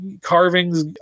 carvings